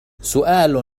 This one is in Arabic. سؤال